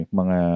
mga